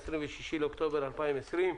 היום 26 באוקטובר 2020,